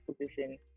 position